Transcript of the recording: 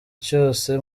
cyose